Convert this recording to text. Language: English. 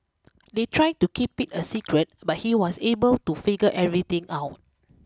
they tried to keep it a secret but he was able to figure everything out